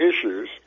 issues